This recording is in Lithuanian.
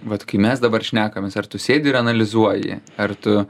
vat kai mes dabar šnekamės ar tu sėdi ir analizuoji ar tu